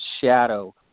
shadow